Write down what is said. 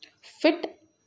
Fit